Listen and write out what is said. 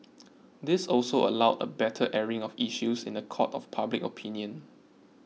this also allowed a better airing of issues in the court of public opinion